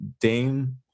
Dame